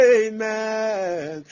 amen